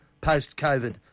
post-COVID